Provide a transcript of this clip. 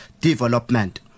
development